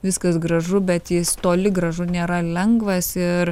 viskas gražu bet jis toli gražu nėra lengvas ir